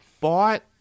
bought